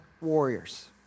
warriors